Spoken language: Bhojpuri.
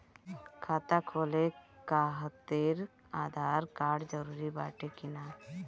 खाता खोले काहतिर आधार कार्ड जरूरी बाटे कि नाहीं?